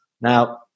Now